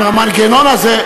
אם המנגנון הזה,